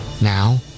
Now